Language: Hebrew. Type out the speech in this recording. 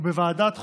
בוועדת החוקה,